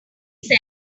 linda